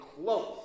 close